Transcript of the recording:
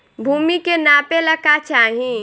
भूमि के नापेला का चाही?